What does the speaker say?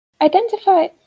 Identify